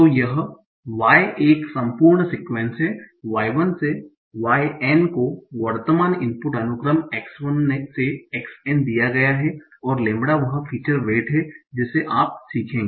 तो y एक संपूर्ण सीक्वेंस है y 1 से y n को वर्तमान इनपुट अनुक्रम x 1 से x n दिया गया है और लैम्ब्डा वह फीचर वेट है जिसे आप सीखेंगे